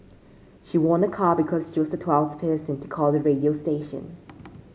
she won a car because she was the twelfth person to call the radio station